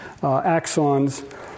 axons